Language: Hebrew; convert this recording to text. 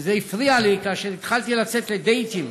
וזה הפריע לי כאשר התחלתי לצאת לדייטים.